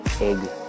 egg